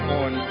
on